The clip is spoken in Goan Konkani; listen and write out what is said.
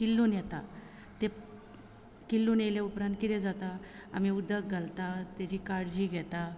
किल्लून येता ते किल्लून येयल्या उपरांत कितें जाता आमी उदक घालता तेजी काळजी घेता